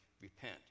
repent